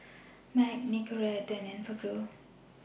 Mac Nicorette and Enfagrow